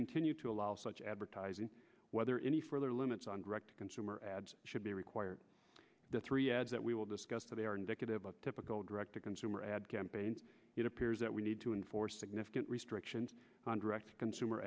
continue to allow such advertising whether any further limits on direct consumer ads should be required three ads that we will discuss that they are indicative of typical direct to consumer ad campaign it appears that we need to enforce significant restrictions on direct consumer